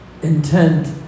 intent